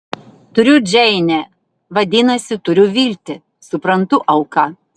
turiu džeinę vadinasi turiu viltį suprantu auką